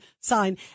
sign